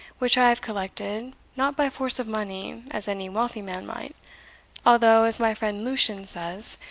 which i have collected, not by force of money, as any wealthy man might although, as my friend lucian says,